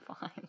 fine